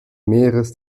meeres